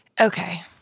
Okay